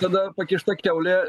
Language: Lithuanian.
tada pakišta kiaulė